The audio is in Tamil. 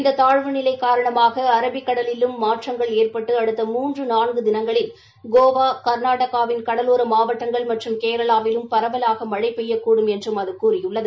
இந்த தாழ்வுநிலை காரணமாக அரபிக்கடலும் மாற்றங்கள் ஏற்பட்டு அடுத்த மூன்று நான்கு தினங்களில் கோவா கா்நாடகாவின் கடவோர மாவட்டங்கள் மற்றும் கேரளாவிலும் பரவலாக மழை பெய்யக்கூடும் என்றும் அது கூறியுள்ளது